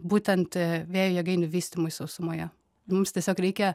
būtent vėjo jėgainių vystymui sausumoje mums tiesiog reikia